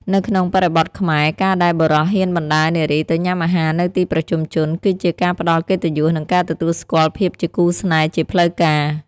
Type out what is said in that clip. នៅក្នុងបរិបទខ្មែរ ការដែលបុរសហ៊ានបណ្ដើរនារីទៅញ៉ាំអាហារនៅទីប្រជុំជន គឺជាការផ្ដល់កិត្តិយស និងការទទួលស្គាល់ភាពជាគូស្នេហ៍ជាផ្លូវការ។